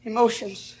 Emotions